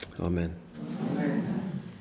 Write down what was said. Amen